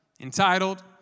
entitled